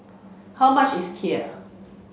how much is Kheer